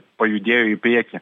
pajudėjo į priekį